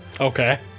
Okay